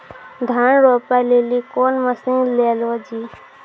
धान रोपे लिली कौन मसीन ले लो जी?